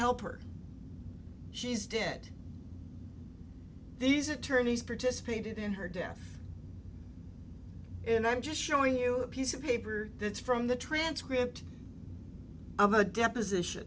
help her she's dead these attorneys participated in her death and i'm just showing you a piece of paper that's from the transcript of a deposition